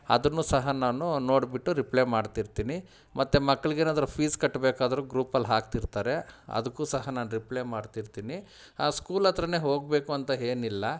ಅದನ್ನೂ ಸಹ ನಾನು ನೋಡಿಬಿಟ್ಟು ರಿಪ್ಲೈ ಮಾಡ್ತಿರ್ತೀನಿ ಮತ್ತು ಮಕ್ಕಳಿಗೇನಾದ್ರು ಫೀಸ್ ಕಟ್ಟಬೇಕಾದ್ರು ಗ್ರೂಪಲ್ಲಿ ಹಾಕ್ತಿರ್ತಾರೆ ಅದಕ್ಕೂ ಸಹ ನಾನು ರಿಪ್ಲೈ ಮಾಡ್ತಿರ್ತೀನಿ ಆ ಸ್ಕೂಲ್ ಹತ್ರನೇ ಹೋಗಬೇಕು ಅಂತ ಏನಿಲ್ಲ